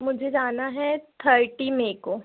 मुझे जाना है थर्टी मे को